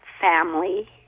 family